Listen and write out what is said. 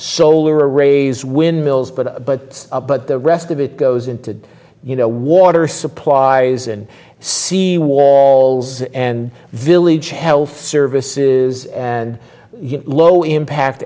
solar arrays windmills but but but the rest of it goes into you know water supplies and seawalls and village health services and low impact